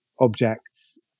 objects